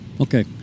okay